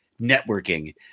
networking